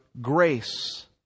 grace